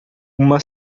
uma